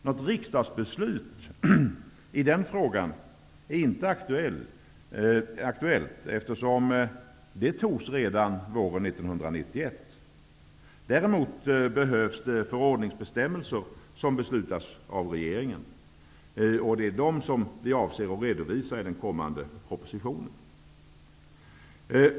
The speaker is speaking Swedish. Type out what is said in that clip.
Något riksdagsbeslut i den frågan är inte aktuellt, eftersom ett sådant fattades redan våren 1991. Däremot behövs det förordningsbestämmelser som beslutas av regeringen. Det är dessa som vi avser att redovisa i den kommande propositionen.